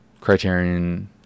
Criterion